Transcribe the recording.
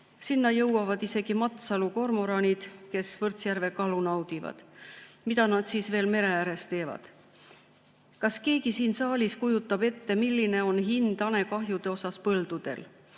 Sinna jõuavad isegi Matsalu kormoranid, kes Võrtsjärve kalu naudivad. Mida nad siis veel mere ääres teevad? Kas keegi siin saalis kujutab ette, milline on hanekahjude hind põldudel?